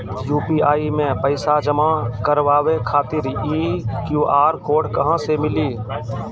UPI मे पैसा जमा कारवावे खातिर ई क्यू.आर कोड कहां से मिली?